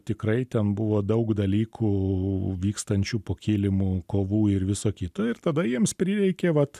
tikrai ten buvo daug dalykų vykstančių po kilimu kovų ir viso kito ir tada jiems prireikė vat